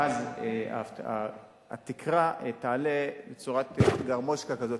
ואז התקרה תעלה בצורת גרמושקה כזאת,